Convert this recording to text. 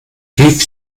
rief